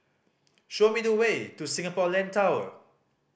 show me the way to Singapore Land Tower